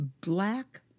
Black